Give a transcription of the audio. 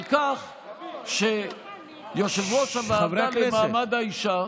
על כך שיושב-ראש הוועדה למעמד האישה,